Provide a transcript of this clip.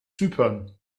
zypern